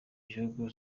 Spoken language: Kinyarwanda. gihugu